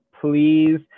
please